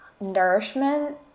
nourishment